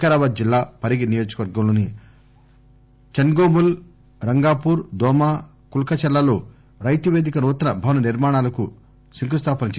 వికారాబాద్ జిల్లా పరిగి నియోజకవర్గంలోని చన్గోముల్ రంగాపూర్దోమకుల్కచర్లల్లో రైతుపేదిక నూతన భవన నిర్మాణాలకు శంకుస్థాపన చేశారు